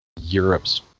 Europe's